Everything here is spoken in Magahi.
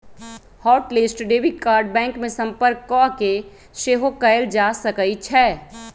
hot list debit card bank में संपर्क कऽके सेहो कएल जा सकइ छै